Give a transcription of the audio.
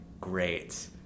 great